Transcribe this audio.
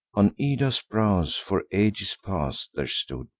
on ida's brows, for ages past, there stood,